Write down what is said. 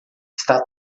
está